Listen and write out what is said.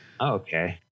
Okay